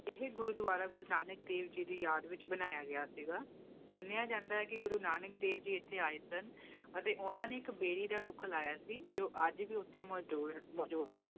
ਇਹ ਗੁਰਦੁਆਰਾ ਗੁਰੂ ਨਾਨਕ ਦੇਵ ਜੀ ਦੀ ਯਾਦ ਵਿੱਚ ਬਣਾਇਆ ਗਿਆ ਸੀਗਾ ਮੰਨਿਆ ਜਾਂਦਾ ਕਿ ਗੁਰੂ ਨਾਨਕ ਦੇਵ ਜੀ ਇੱਥੇ ਆਏ ਸਨ ਅਤੇ ਉਹਨਾਂ ਨੇ ਇੱਕ ਬੇੜੀ ਦਾ ਰੁੱਖ ਲਾਇਆ ਸੀ ਜੋ ਅੱਜ ਵੀ ਉੱਥੇ ਮੌਜੂਦ ਹੈ